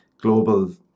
global